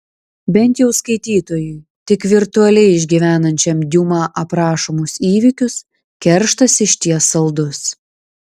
bent jau skaitytojui tik virtualiai išgyvenančiam diuma aprašomus įvykius kerštas išties saldus